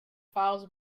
files